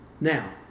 Now